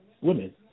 women